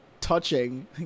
touching